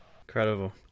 incredible